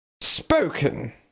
spoken